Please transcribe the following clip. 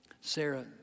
Sarah